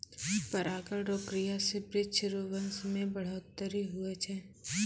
परागण रो क्रिया से वृक्ष रो वंश मे बढ़ौतरी हुवै छै